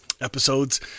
Episodes